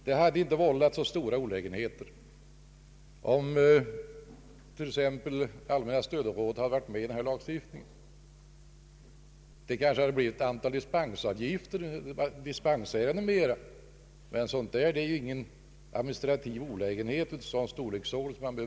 Det hade inte vållat så stora administrativa olägenheter, om t.ex. allmänna stödområdet omfattats av lagstiftningen, att man hade behövt hesitera. Kanske hade det blivit ytterligare ett antal dispensärenden.